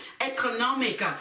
economic